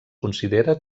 considera